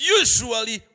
usually